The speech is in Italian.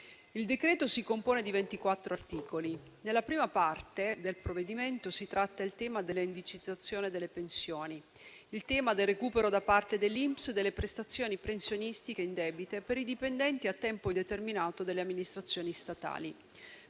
Il decreto si compone di ventiquattro articoli. Nella prima parte del provvedimento si tratta il tema dell'indicizzazione delle pensioni, il tema del recupero da parte dell'INPS delle prestazioni pensionistiche indebite per i dipendenti a tempo indeterminato delle amministrazioni statali.